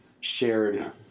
shared